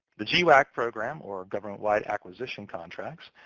the gwac program, or government wide acquisition contracts,